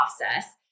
process